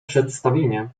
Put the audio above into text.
przedstawienie